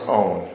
own